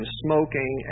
smoking